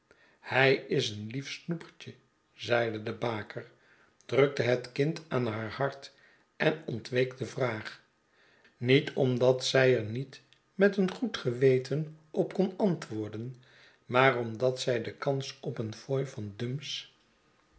hy is een lief snoepertje zeide de baker drukte het kind aan haar hart en ontweek de vraag niet omdat zy er niet met een goed geweten op kon antwoorden maar omdat z'y de kans op een fooi van dumps